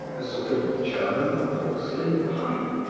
a sort of german porcelain pipe,